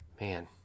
Man